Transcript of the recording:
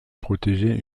protéger